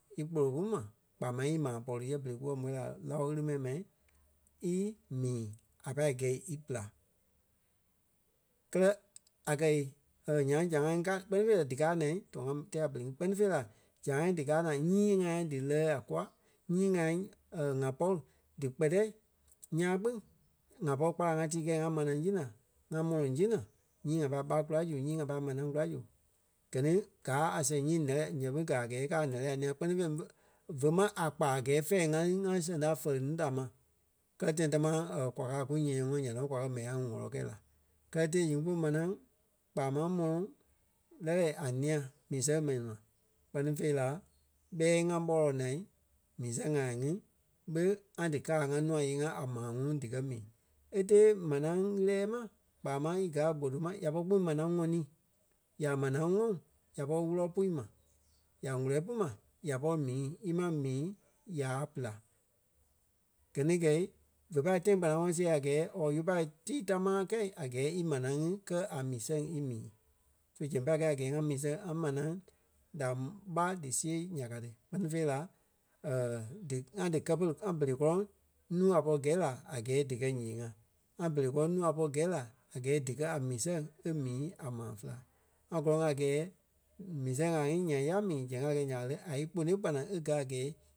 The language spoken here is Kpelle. í kpolo pú ma kpaa máŋ ímaa pɔri yɛ berei kú kɛ̀ môi la láo ɣili mɛni ma í mii, a pâi gɛi í pela. Kɛlɛ, a kɛi nyaŋ zãa ŋí ká kpɛ́ni fêi la díkaa naa tɔɔ ŋa tɛɛ pere ŋí kpɛ́ni fêi la zãa díkaa naa nyii ŋai dí lɛɣɛ a kûa nyii ŋai ŋa pɔri díkpɛtɛ ńyãa kpîŋ ŋa pɔri kpâlaŋ ŋa tii kɛi ŋa manaa si naa, ŋa mɔlɔŋ si naa, nyii ŋa pai ɓá kula zu nyii ŋa pâi manaa kula zu. Gɛ ni káa a sɛŋ nyii lɛ́lɛɛ nya ɓé gɛ̀ a gɛɛ í kàa a ǹɛ́lɛɛ a ńîa kpɛ́ni fêi ḿve- vé ma a kpa a gɛɛ fɛ̂ɛ ŋa lí ŋa sɛŋ ta fɛ́li núu da ma. Kɛlɛ tãi támaa kwa kaa kú nyɛ-yɛŋɔɔ ya nɔ kwa káa mɛni ŋí ŋwɔ̂lɔ kɛi la. Kɛlɛ tãi nyíŋi kú manaa kpaa máŋ mɔlɔŋ lɛ́lɛɛ a ńîa mii sɛŋ mɛni ma. Kpɛ́ni fêi la ɓɛi ŋa ɓɔlɔi naa mii sɛŋ ŋai ŋí ɓe ŋa díkaa ŋa nûa yée-ŋa a maa ŋuŋ díkɛ mii. É tée manaa ɣiliɛ́ɛ ma kpaa máŋ í gɛ́ a gboto ma ya pɔri kpîŋ manaa ŋɔnii. Ya manaa ŋɔ́ ya pɔri wúlɔ pui ma. Ya ŋ̀úlɔi pú ma ya pɔri mii. Í máŋ mii yaa pela. Gɛ ni gɛ̂i vé pai tãi kpanaŋɔɔi siɣe a gɛɛ or í pâi tíi támaa kɛi a gɛɛ í manaa ŋí kɛ̀ a mii sɛŋ í mii. So zɛŋ pâi kɛi a gɛɛ ŋa mii sɛŋ ŋa manaa da ɓá dí siɣe nya ka ti kpɛ́ fêi la dí ŋa dí kɛ́ pere ŋa berei kɔlɔŋ núu a pɔri gɛi la a gɛɛ díkɛ ǹyee-ŋa. ŋa berei kɔlɔŋ núu a pɔri gɛ̀i la a gɛɛ díkaa a mii sɛŋ e mii a maa féla. ŋa gɔlɔŋ a gɛɛ mii sɛŋ ŋai nyaŋ ya mii zɛŋ ya gɛi nya ɓa lé, a íkponoi kpanaŋ e gɛ̀ a gɛɛ